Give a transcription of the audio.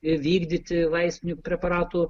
vykdyti vaistinių preparatų